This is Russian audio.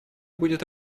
будет